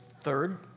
Third